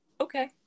okay